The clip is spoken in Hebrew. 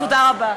תודה רבה.